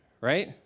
Right